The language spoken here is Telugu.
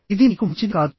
ఇది మీకు మంచిది కాదు